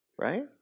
Right